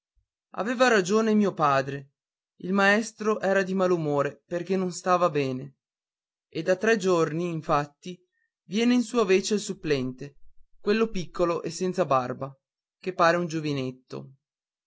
aveva ragione mio padre il maestro era di malumore perché non stava bene e da tre giorni infatti viene in sua vece il supplente quello piccolo e senza barba che pare un giovinetto